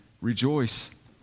rejoice